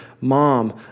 mom